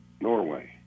Norway